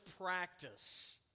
practice